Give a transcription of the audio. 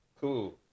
Cool